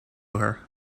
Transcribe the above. her